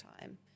time